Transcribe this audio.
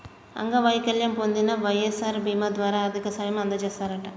అంగవైకల్యం పొందిన వై.ఎస్.ఆర్ బీమా ద్వారా ఆర్థిక సాయం అందజేస్తారట